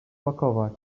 pakować